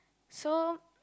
so